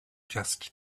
just